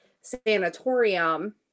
Sanatorium